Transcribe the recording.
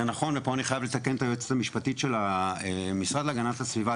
אני חייב לתקן את היועצת המשפטית של המשרד להגנת הסביבה,